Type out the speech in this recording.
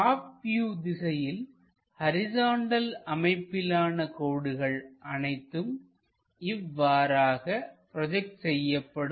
top view திசையில் horizontal அமைப்பிலான கோடுகள் அனைத்தும் இவ்வாறாக ப்ரோஜெக்ட் செய்யப்படும்